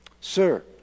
Sir